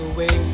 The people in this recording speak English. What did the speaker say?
Away